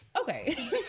Okay